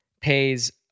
pays